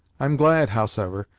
i'm glad, howsever,